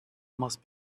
must